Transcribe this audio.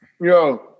Yo